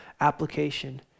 application